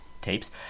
tapes